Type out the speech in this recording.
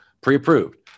pre-approved